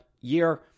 year